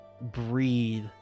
breathe